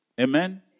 Amen